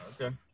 Okay